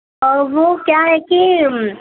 وہ کیا ہے کہ